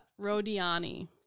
Rodiani